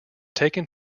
taken